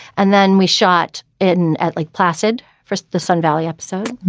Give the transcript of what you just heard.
and then we shot in at lake placid for the sun valley episode.